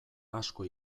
asko